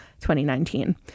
2019